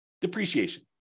depreciation